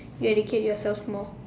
you educate yourself more